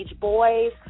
boys